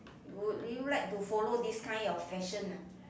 would you like to follow this kind of fashion ah